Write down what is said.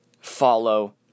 follow